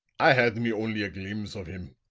i had me only a glimbs of him.